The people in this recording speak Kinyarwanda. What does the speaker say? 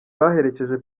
baherekeje